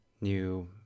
new